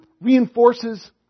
reinforces